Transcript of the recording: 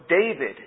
David